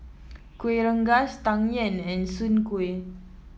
Kuih Rengas Tang Yuen and Soon Kuih